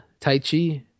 Taichi